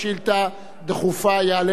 של חבר הכנסת טלב אלסאנע.